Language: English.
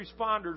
responders